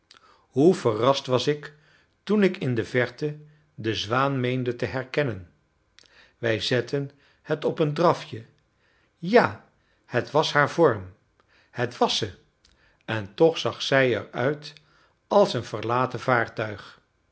hoe verrast was ik toen ik in de verte de zwaan meende te herkennen wij zetten het op een drafje ja het was haar vorm het was ze en toch zag zij er uit als een verlaten vaartuig